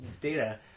data